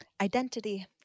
Identity